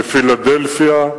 בפילדלפיה,